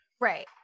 Right